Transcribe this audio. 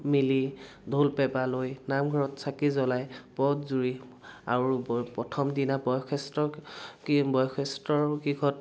মিলি ঢোল পেঁপা লৈ নামঘৰত চাকি জ্বলাই পদ জুৰি আৰু প্ৰথম দিনা বয়সস্থক কি বয়সস্থৰ গৃহত